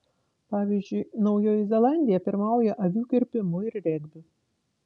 pavyzdžiui naujoji zelandija pirmauja avių kirpimu ir regbiu